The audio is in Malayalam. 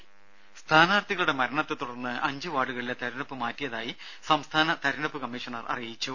ദ്ദേ സ്ഥാനാർത്ഥികളുടെ മരണത്തെ തുടർന്ന് അഞ്ച് വാർഡുകളിലെ തിരഞ്ഞെടുപ്പ് മാറ്റിയതായി സംസ്ഥാന തിരഞ്ഞെടുപ്പ് കമ്മീഷണർ അറിയിച്ചു